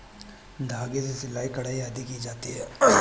धागे से सिलाई, कढ़ाई आदि की जाती है